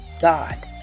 God